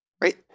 right